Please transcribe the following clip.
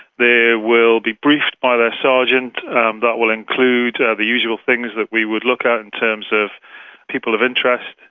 they will be briefed by their sergeant, and um that will include the usual things that we would look at in terms of people of interest.